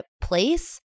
place